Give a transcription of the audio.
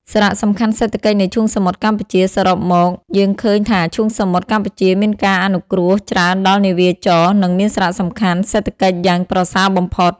សារៈសំខាន់សេដ្ឋកិច្ចនៃឈូងសមុទ្រកម្ពុជា សរុបមក យើងឃើញថាឈូងសមុទ្រកម្ពុជាមានការអនុគ្រោះច្រើនដល់នាវាចរណ៍ និងមានសារៈសំខាន់សេដ្ឋកិច្ចយ៉ាងប្រសើរបំផុត។